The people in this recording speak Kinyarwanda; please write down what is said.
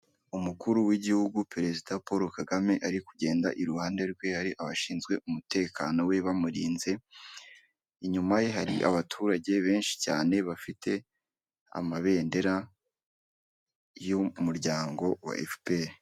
Umukuru w'igihugu perezida Paul Kagame ari kugenda, iruhande rwe hari abashinzwe umutekano we bamurinze, inyuma ye hari abaturage benshi cyane bafite amabendera y'umuryango wa efuperi.